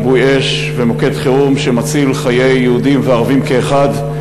כיבוי אש ומוקד חירום שמציל חיי יהודים וערבים כאחד,